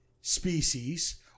species